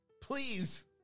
Please